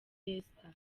esther